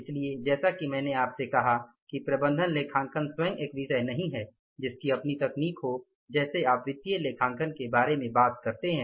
इसलिए जैसा कि मैंने आपसे कहा कि प्रबंधन लेखांकन स्वयं एक विषय नहीं है जिसकी अपनी तकनीके हो जैसे कि आप वित्तीय लेखांकन के बारे में बात करते हैं